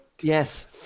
yes